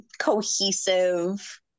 cohesive